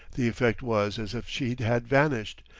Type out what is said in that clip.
the effect was as if she had vanished,